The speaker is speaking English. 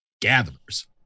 gatherers